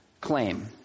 claim